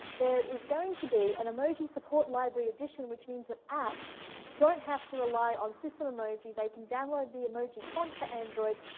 there is going to be an emoji support library addition, which means that apps don't have to rely on system emoji. they can download the emoji font for android,